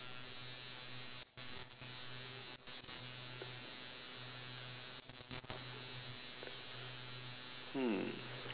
hmm